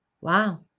wow